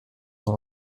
dans